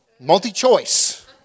Multi-choice